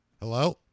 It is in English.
Hello